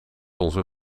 onze